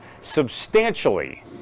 substantially